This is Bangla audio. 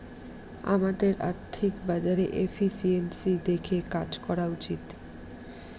আমাদের আর্থিক বাজারে এফিসিয়েন্সি দেখে কাজ করা উচিত